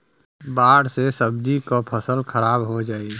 बाढ़ से सब्जी क फसल खराब हो जाई